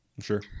Sure